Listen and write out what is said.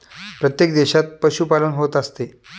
प्रत्येक देशात पशुपालन होत असते